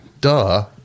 Duh